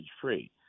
free